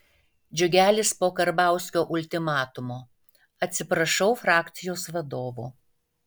džiugelis po karbauskio ultimatumo atsiprašau frakcijos vadovo